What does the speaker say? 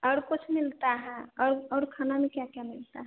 और कुछ मिलता है और और खाना में क्या क्या मिलता है